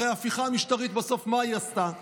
ההפיכה המשטרית, מה היא עשתה בסוף?